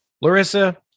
Larissa